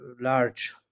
large